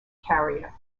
carrier